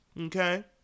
okay